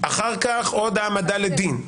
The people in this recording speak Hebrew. אחר כך עוד העמדה לדין.